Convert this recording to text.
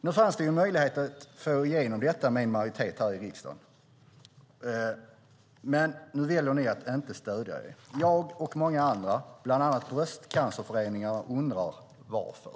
Nu fanns det möjlighet att få igenom detta genom en majoritet här i riksdagen, men nu väljer ni att inte stödja det. Jag och många andra, bland annat Bröstcancerföreningen, undrar varför.